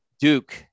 Duke